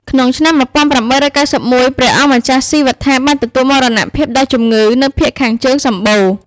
ក្នុងឆ្នាំ ១៨៩១ ព្រះអង្គម្ចាស់ស៊ីវត្ថាបានទទួលមរណភាពដោយជំងឺនៅភាគខាងជើងសំបូរ។